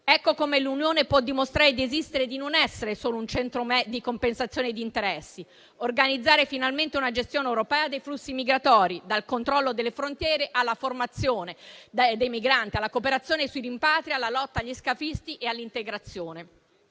Ecco come l'Unione può dimostrare di esistere e di non essere solo un centro di compensazione di interessi; organizzare finalmente una gestione europea dei flussi migratori, dal controllo delle frontiere alla formazione dei migranti, alla cooperazione sui rimpatri, alla lotta agli scafisti e all'integrazione.